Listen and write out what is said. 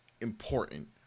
important